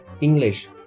English